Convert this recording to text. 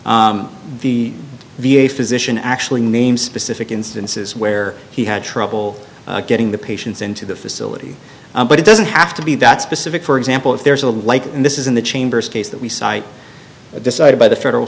the v a physician actually name specific instances where he had trouble getting the patients into the facility but it doesn't have to be that specific for example if there's a like this is in the chambers case that we cite decided by the federal